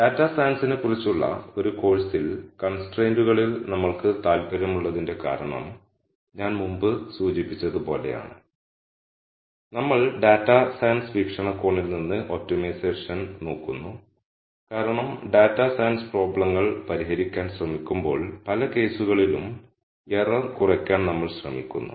data സയൻസിനെക്കുറിച്ചുള്ള ഒരു കോഴ്സിൽ കൺസ്ട്രൈന്റുകളിൽ നമ്മൾക്ക് താൽപ്പര്യമുള്ളതിന്റെ കാരണം ഞാൻ മുമ്പ് സൂചിപ്പിച്ചതുപോലെയാണ് നമ്മൾ ഡാറ്റ സയൻസ് വീക്ഷണകോണിൽ നിന്ന് ഒപ്റ്റിമൈസേഷൻ നോക്കുന്നു കാരണം ഡാറ്റ സയൻസ് പ്രോബ്ലങ്ങൾ പരിഹരിക്കാൻ ശ്രമിക്കുമ്പോൾ പല കേസുകളിലും എറർ കുറയ്ക്കാൻ നമ്മൾ ശ്രമിക്കുന്നു